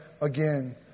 again